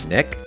Nick